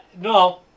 No